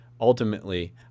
Ultimately